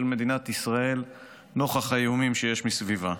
מדינת ישראל נוכח האיומים שיש מסביבה.